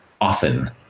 often